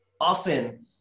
Often